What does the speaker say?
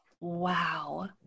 Wow